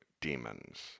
demons